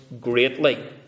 greatly